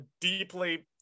deeply